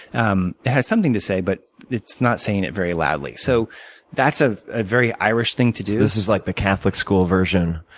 um it has something to say, but it's not saying it very loudly. so that's a ah very irish thing to do. this is like the catholic school version.